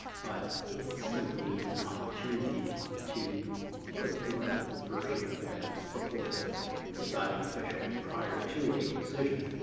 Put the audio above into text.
but it's simply an opportunity to put your version of events before the deciding official prior to a decision.